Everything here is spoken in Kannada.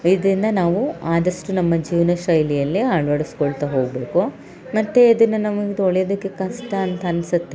ಇದನ್ನು ನಾವು ಆದಷ್ಟು ನಮ್ಮ ಜೀವನಶೈಲಿಯಲ್ಲಿ ಅಳ್ವಡ್ಸ್ಕೊಳ್ತಾ ಹೋಗ್ಬೇಕು ಮತ್ತು ಇದನ್ನು ನಮಗೆ ತೊಳೆಯೋದಕ್ಕೆ ಕಷ್ಟ ಅಂತ ಅನ್ಸುತ್ತೆ